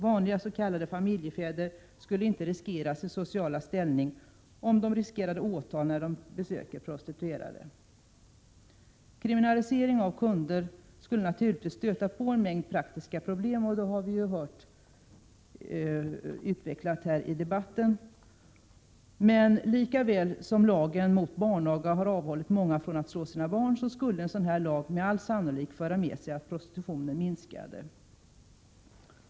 Vanliga s.k. familjefäder skulle inte riskera sin sociala ställning om de riskerade åtal när de besöker prostituerade. Kriminaliseringen av kundernas beteende skulle naturligtvis stöta på en mängd praktiska problem. Det har vi hört utvecklat här i debatten. Likväl som lagen mot barnaga har avhållit många från att slå sina barn, skulle emellertid en sådan här lag med all sannolikhet föra med sig att prostitutionen minskade.